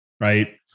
right